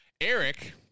Eric